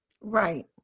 Right